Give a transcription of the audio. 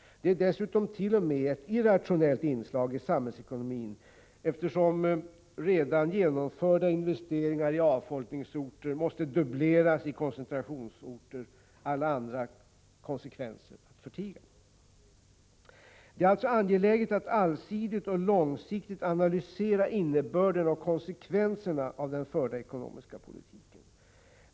Den är dessutom t.o.m. ett irrationellt inslag i samhällsekonomin, eftersom redan genomförda investeringar i avfolkningsorter måste dubbleras i koncentrationsorter — alla andra konsekvenser att förtiga. Det är alltså angeläget att allsidigt och långsiktigt analysera innebörden i och konsekvenserna av den förda ekonomiska politiken.